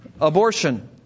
abortion